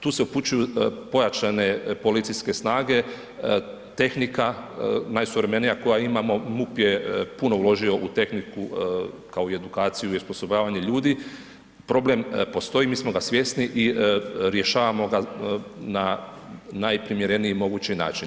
Tu se upućuju pojačane policijske snage, tehnika, najsuvremenija koju imamo, MUP je puno uložio u tehniku kao i edukaciju i osposobljavanje ljudi, problem postoji, mi smo ga svjesni i rješavamo ga na najprimjereniji mogući način.